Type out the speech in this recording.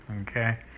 okay